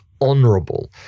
honorable